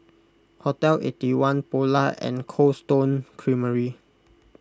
Hotel Eighty One Polar and Cold Stone Creamery